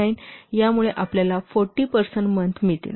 49 यामुळे आपल्याला 40 person month मिळतील